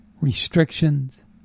restrictions